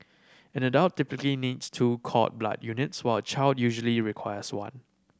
an adult typically needs two cord blood units while a child usually requires one